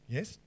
Yes